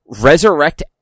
resurrect